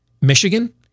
Michigan